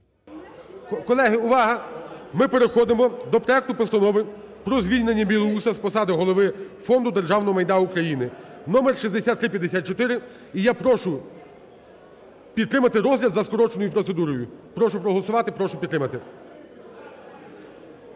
Колеги, увага. Ми переходимо до проекту Постанови про звільнення Білоуса з посади Голови Фонду державного майна України (№6354). І я прошу підтримати розгляд за скороченою процедурою. Прошу проголосувати, прошу підтримати.